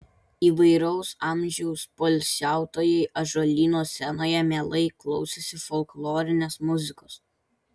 įvairaus amžiaus poilsiautojai ąžuolyno scenoje mielai klausėsi folklorinės muzikos